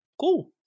cool